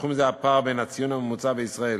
בתחום זה הפער בין הציון הממוצע בישראל